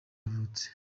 yavutse